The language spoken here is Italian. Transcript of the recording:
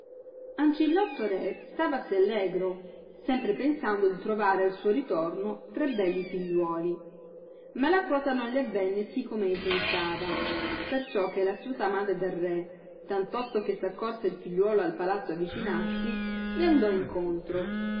serena ancilotto re stavasi allegro sempre pensando di trovare al suo ritorno tre belli figliuoli ma la cosa non gli avenne si come ei pensava perciò che l astuta madre del re tantosto che s accorse il figliuolo al palazzo avicinarsi gli andò incontro